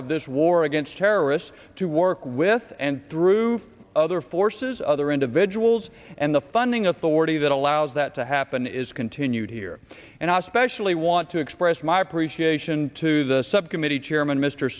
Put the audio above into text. of this war against terrorists to work with and through other forces other individuals and the funding authority that allows that to happen is continued here and i especially want to express my appreciation to the subcommittee chairman mr